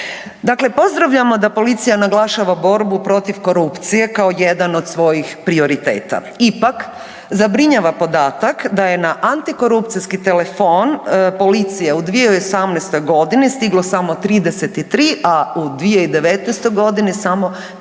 Dakle, pozdravljamo da policija naglašava borbu protiv korupcije kao jedan od svojih prioriteta. Ipak zabrinjava podatak da je na antikorupcijski telefon policije u 2018. godini stiglo samo 33, a u 2019. godini samo 43